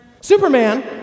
Superman